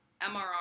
MRR